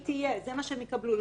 זה מה שהם יקבלו,